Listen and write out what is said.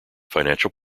financial